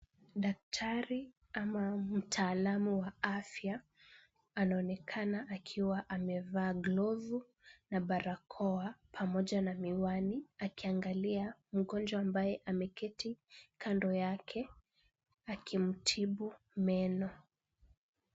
Daktari ama mtaalamu wa afya, anaonekana akiwa amevaa glovu na barakoa pamoja na miwani, akiangalia mgonjwa ambaye ameketi kando yake akimtibu meno.